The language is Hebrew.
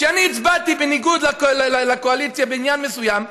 כשאני הצבעתי בניגוד לקואליציה בעניין מסוים,